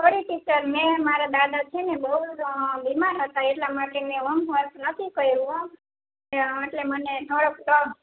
sorry teacher મેં મારા દાદા છે ને બહુ જ બીમાર હતા એટલા માટે મેં હોમવર્ક નથી કર્યું હોં એ એટલે મને ના થોડોક તો